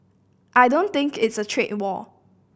I don't think it's a trade war